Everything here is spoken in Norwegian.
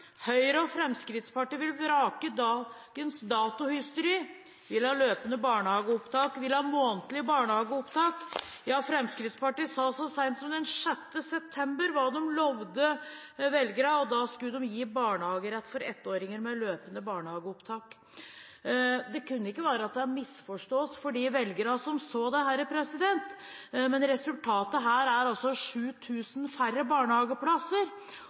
Høyre og Fremskrittspartiet vil vrake dagens datohysteri, og at de vil ha månedlige opptak. Ja, Fremskrittspartiet sa så sent som den 6. september hva de lovte velgerne, og da skulle de gi dem barnehagerett for ettåringer med løpende barnehageopptak. Dette kan ikke ha vært til å misforstå for de velgerne som så dette, men resultatet er altså